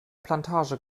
plantage